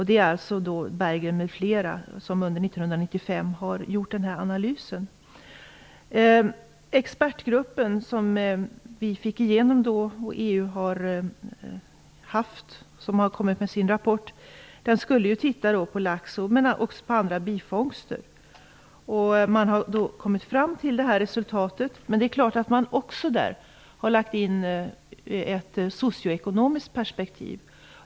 Det är Berggren m.fl. som under 1995 har gjort den här analysen. Den expertgrupp inom EU som vi fick igenom och som kommit med sin rapport skulle titta på lax och även på andra bifångster. Man har då kommit fram till detta resultat. Det är klart att man också har lagt in ett socio-ekonomiskt perspektiv.